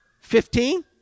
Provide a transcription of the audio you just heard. Fifteen